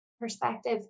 perspective